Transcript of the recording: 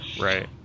right